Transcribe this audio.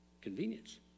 Convenience